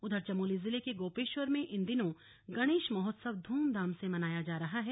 उधर चमोली जिले के गोपेश्वर में इन दिनों गणेश महोत्सव ध्रमधाम से मनाया जा रहा है